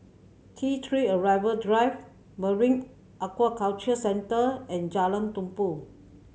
T Three Arrival Drive Marine Aquaculture Centre and Jalan Tumpu